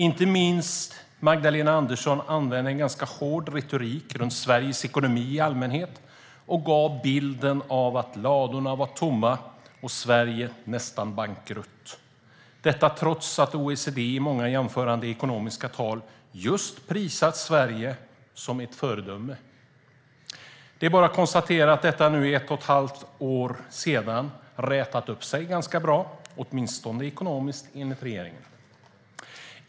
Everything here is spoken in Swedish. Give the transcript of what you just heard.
Inte minst Magdalena Andersson använde en ganska hård retorik om Sveriges ekonomi i allmänhet, och hon gav bilden av att ladorna var tomma och Sverige nästan bankrutt - detta trots att OECD i många jämförande ekonomiska tal just prisat Sverige som ett föredöme. Det är bara att konstatera att detta nu ett halvår senare har rätat upp sig ganska bra, åtminstone ekonomiskt, enligt regeringen.